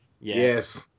Yes